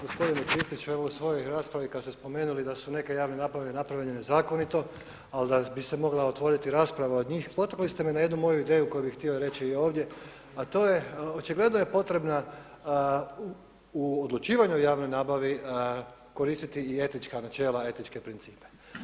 Gospodine Kristiću, evo u svoj raspravi kad ste spomenuli da su neke javne nabave napravljene nezakonito, ali da bi se mogla otvoriti rasprava od njih potakli ste me na jednu moju ideju koju bih htio reći i ovdje a to je očigledno je potrebna u odlučivanju o javnoj nabavi koristiti i etnička načela, etničke principe.